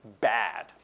bad